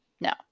No